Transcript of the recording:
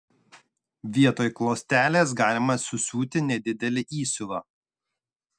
vietoj klostelės galima susiūti nedidelį įsiuvą